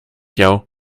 jou